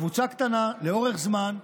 קבוצה קטנה לאורך זמן,